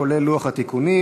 כולל לוח התיקונים.